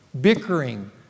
bickering